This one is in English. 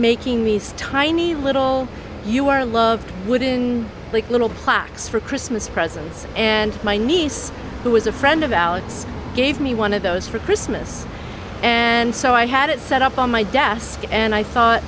making these tiny little you are loved wooden like little plaques for christmas presents and my niece who was a friend of alice gave me one of those for christmas and so i had it set up on my desk and i thought